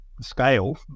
scale